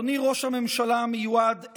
אדוני ראש הממשלה המיועד,